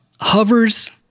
hovers